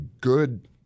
good